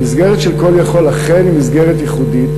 המסגרת של "call יכול" היא אכן מסגרת ייחודית.